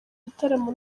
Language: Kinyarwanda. gitaramo